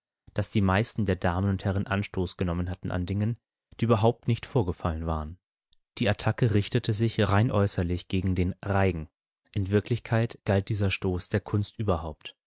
daß die meisten der damen und herren anstoß genommen hatten an dingen die überhaupt nicht vorgefallen waren die attacke richtete sich rein äußerlich gegen den reigen in wirklichkeit galt dieser stoß der kunst überhaupt